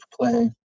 play